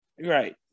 Right